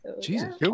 Jesus